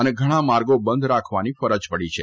અને ઘણા માર્ગો બંધ રાખવાની ફરજ પડી છે